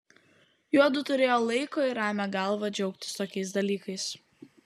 juodu turėjo laiko ir ramią galvą džiaugtis tokiais dalykais